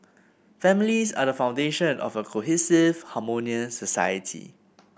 families are the foundation of a cohesive harmonious society